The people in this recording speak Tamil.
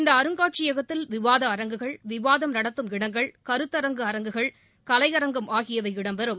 இந்த அருங்காட்சியகத்தில் விவாத அரங்குகள் விவாதம் நடத்தும் இடங்கள் கருத்தரங்கு அரங்குகள் கலையரங்கம் ஆகியவை இடம் பெறும்